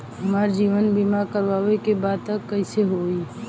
हमार जीवन बीमा करवावे के बा त कैसे होई?